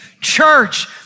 church